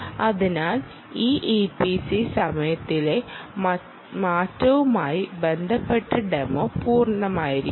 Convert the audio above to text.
അതിനാൽ ഇത് ഇപിസി സമയത്തിലെ മാറ്റവുമായി ബന്ധപ്പെട്ട ഡെമോ പൂർത്തിയാക്കുന്നു